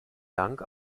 dank